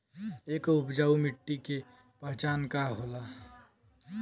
एक उपजाऊ मिट्टी के पहचान का होला?